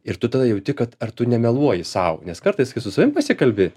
ir tu tada jauti kad ar tu nemeluoji sau nes kartais kai su savim pasikalbi